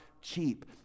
cheap